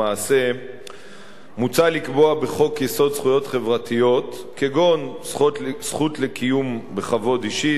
מוצע לקבוע בחוק-יסוד זכויות חברתיות כגון זכות לקיום בכבוד אישי,